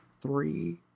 three